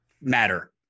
matter